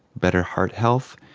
better heart health,